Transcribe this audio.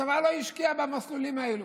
הצבא לא השקיע במסלולים האלה.